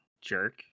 jerk